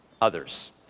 others